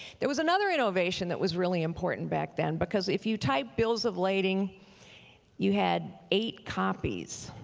there was another innovation that was really important back then because if you typed bills of lading you had eight copies